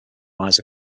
lies